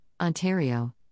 Ontario